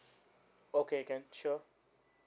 okay can sure